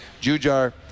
Jujar